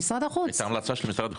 - הייתה המלצה של משרד החוץ?